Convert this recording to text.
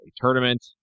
tournament